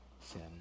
sin